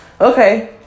okay